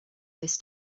this